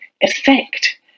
effect